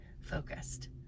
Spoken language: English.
focused